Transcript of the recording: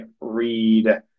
read